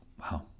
Wow